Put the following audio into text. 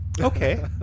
Okay